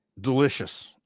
delicious